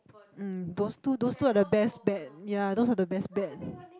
um those two those two are the best bet ya those are the best bet